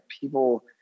people